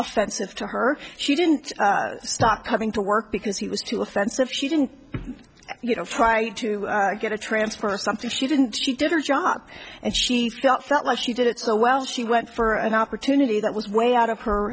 offensive to her she didn't stop coming to work because he was too offensive she didn't you know try to get a transplant or something she didn't she did her job and she felt like she did it so well she went for an opportunity that was way out of her